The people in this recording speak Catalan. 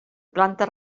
planta